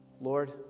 Lord